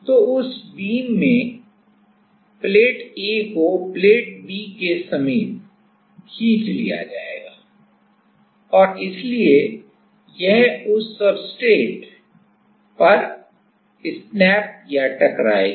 तो उस बीम में प्लेट A को प्लेट B के समीप खींच लिया जाएगा और इसलिए यह उस सब्सट्रेट पर स्नैप करेगा